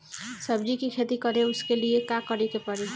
सब्जी की खेती करें उसके लिए का करिके पड़ी?